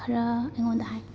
ꯈꯔ ꯑꯩꯉꯣꯟꯗ ꯍꯥꯏꯌꯨ